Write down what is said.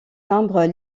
timbres